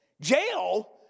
Jail